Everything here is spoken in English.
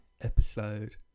episode